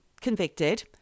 convicted